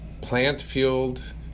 plant-fueled